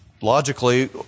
logically